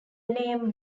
name